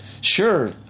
sure